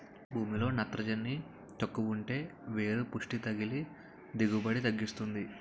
భూమిలో నత్రజని తక్కువుంటే వేరు పుస్టి తగ్గి దిగుబడిని తగ్గిస్తుంది